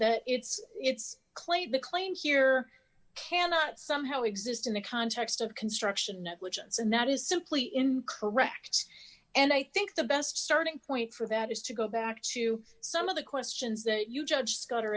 that it's it's claimed the claim here cannot somehow exist in the context of construction negligence and that is simply incorrect and i think the best starting point for that is to go back to some of the questions that you judge s